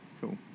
Cool